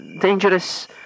dangerous